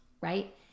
right